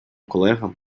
колегам